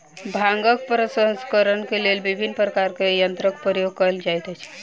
भांगक प्रसंस्करणक लेल विभिन्न प्रकारक यंत्रक प्रयोग कयल जाइत छै